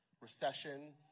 recession